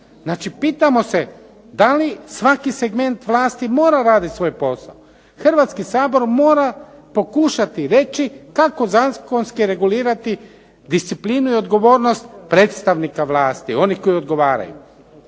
Znači pitamo se da li svaki segment vlasti mora raditi svoj posao? Hrvatski sabor mora pokušati reći kako zakonski regulirati disciplinu i odgovornost predstavnika vlasti onih koji odgovaraju.